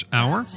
hour